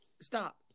stop